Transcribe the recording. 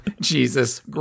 Jesus